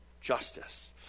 justice